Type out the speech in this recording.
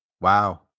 Wow